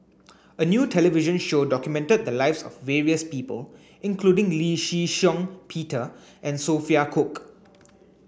a new television show documented the lives various people including Lee Shih Shiong Peter and Sophia Cooke